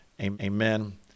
amen